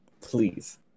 Please